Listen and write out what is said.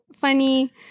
funny